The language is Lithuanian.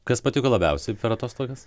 kas patiko labiausiai per atostogas